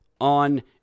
on